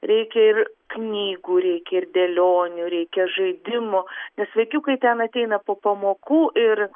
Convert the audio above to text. reikia ir knygų reikia ir dėlionių reikia žaidimų nes vaikiukai ten ateina po pamokų ir